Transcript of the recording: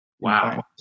Wow